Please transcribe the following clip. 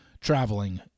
traveling